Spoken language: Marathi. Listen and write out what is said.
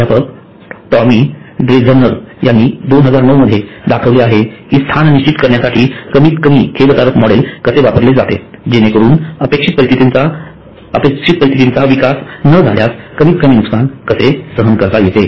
प्राध्यापक टॅमी ड्रेझनर यांनी 2009 मध्ये दाखवले आहे की स्थान निश्चित करण्यासाठी कमीत कमी खेदकारक मॉडेल कसे वापरले जाते जेणेकरून अपेक्षित परिस्थितीचा विकसित न झाल्यास कमीत कमी नुकसान कसे सहन करता येते